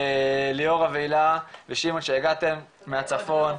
ליאורה והילה ושמעון, שהגעתם מהצפון.